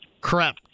crap